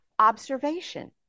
observation